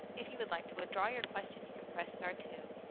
if you would like to withdraw your question you can press star two.